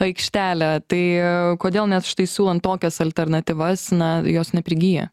aikštelę tai kodėl net štai siūlant tokias alternatyvas na jos neprigyja